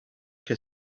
qu’a